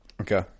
Okay